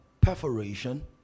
perforation